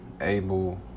able